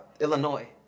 Illinois